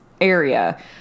area